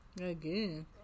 Again